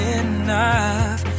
enough